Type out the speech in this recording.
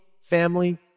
family